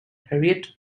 harriet